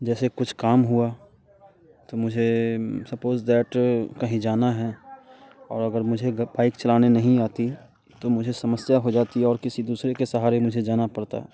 जैसे कुछ काम हुआ तो मुझे सपॉज़ दैट कहीं जाना है और अगर मुझे अगर बाइक चालने नहीं आती तो मुझे समस्या हो जाती है और किसी दूसरे के सहारे मुझे जाना पड़ता